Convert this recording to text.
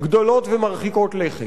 גדולות ומרחיקות לכת.